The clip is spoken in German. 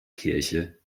kirche